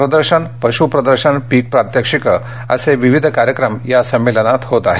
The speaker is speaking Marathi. प्रदर्शन पशुप्रदर्शन पीक प्रात्यक्षिके असे विविध कार्यक्रम या संमेलनात होत आहेत